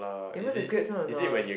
remember the grapes one or not